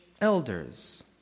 elders